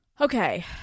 Okay